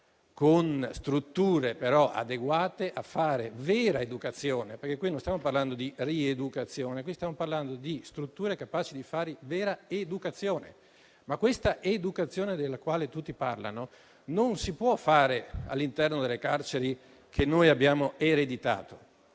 che devono essere adeguate a fare vera educazione, perché non stiamo parlando di rieducazione, bensì di strutture capaci di fare vera educazione. Questa educazione, della quale tutti parlano, non si può fare all'interno delle carceri che noi abbiamo ereditato